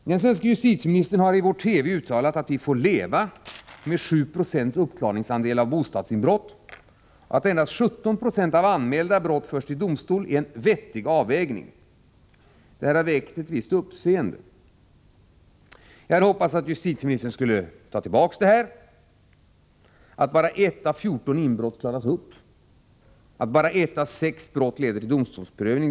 Den svenske justitieministern har i TV uttalat att vi får leva med 7 96 uppklaringsandel av bostadsinbrotten och att det förhållandet att endast 17 20 av anmälda brott förs till domstol är en vettig avvägning. Det här har väckt ett visst uppseende. Jag hade hoppats att justitieministern skulle ta tillbaka uttalandena när det gäller att bara ett av fjorton inbrott klaras upp och att bara ett av sex brott leder till domstolsprövning.